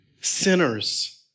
sinners